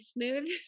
smooth